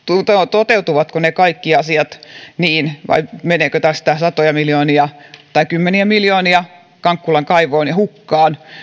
toteutuvatko ne kaikki asiat niin vai meneekö tästä satoja miljoonia tai kymmeniä miljoonia kankkulan kaivoon ja hukkaan